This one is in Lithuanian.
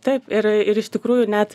taip ir ir iš tikrųjų net